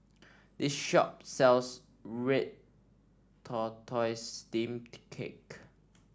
this shop sells Red Tortoise Steamed Cake